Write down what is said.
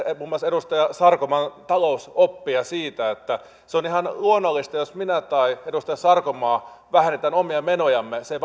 muun muassa edustaja sarkomaan talousoppia siitä että se on ihan luonnollista että jos minä tai edustaja sarkomaa vähennämme omia menojamme se